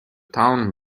town